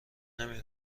نمی